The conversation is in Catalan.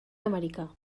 americà